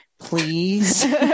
Please